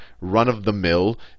run-of-the-mill